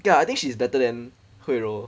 ya I think she is better than hui rou